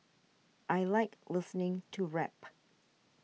I like listening to rap